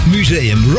Museum